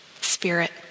Spirit